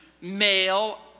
male